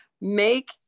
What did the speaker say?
Make